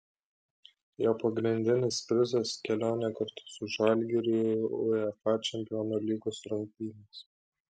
jo pagrindinis prizas kelionė kartu su žalgiriu į uefa čempionų lygos rungtynes